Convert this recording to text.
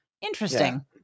Interesting